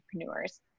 entrepreneurs